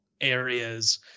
areas